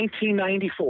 1994